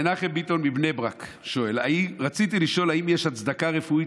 מנחם ביטון מבני ברק שואל: רציתי לשאול אם יש הצדקה רפואית